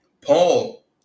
Paul